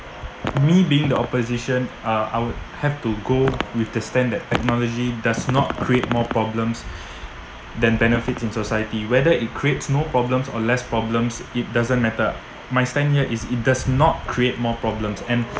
me being the opposition uh I would have to go with the stand that technology does not create more problems than benefits in society whether it creates no problems or less problems it doesn't matter my stand here is it does not create more problems and